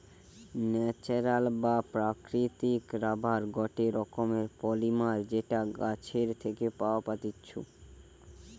natural বা প্রাকৃতিক rubber গটে রকমের পলিমার যেটা গাছের থেকে পাওয়া পাত্তিছু